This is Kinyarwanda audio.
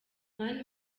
mani